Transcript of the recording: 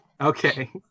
Okay